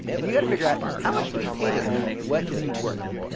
and you got to figure out, how much do we pay this guy? what is he worth?